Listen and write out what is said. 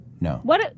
No